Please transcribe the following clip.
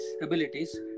abilities